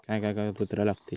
काय काय कागदपत्रा लागतील?